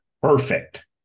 perfect